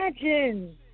Imagine